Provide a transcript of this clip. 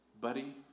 Buddy